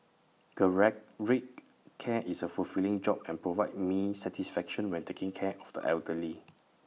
geriatric care is A fulfilling job and provides me satisfaction when taking care of the elderly